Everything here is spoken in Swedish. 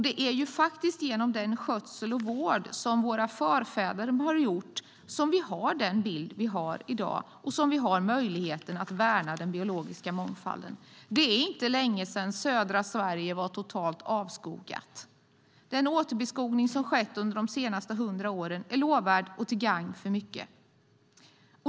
Det är faktiskt genom den skötsel och vård som våra förfäder bedrivit som vi har den bild vi har i dag och därmed möjligheten att värna den biologiska mångfalden. Det är inte länge sedan som södra Sverige var totalt avskogat. Den återbeskogning som skett under de senaste hundra åren är lovvärd och till gagn för mycket.